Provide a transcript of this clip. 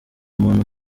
muntu